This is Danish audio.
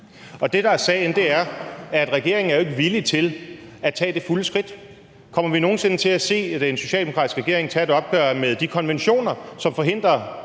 Det, der er sagen, er, at regeringen jo ikke er villig til at tage det fulde skridt. Kommer vi nogen sinde til at se en socialdemokratisk regering tage et opgør med de konventioner, som forhindrer